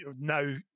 now